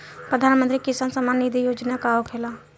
प्रधानमंत्री किसान सम्मान निधि योजना का होखेला?